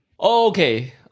Okay